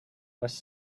was